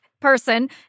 person